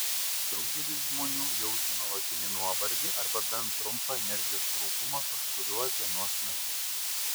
daugelis žmonių jaučia nuolatinį nuovargį arba bent trumpą energijos trūkumą kažkuriuo dienos metu